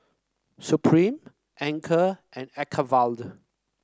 Supreme Anchor and Acuvue